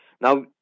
Now